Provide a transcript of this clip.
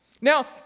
Now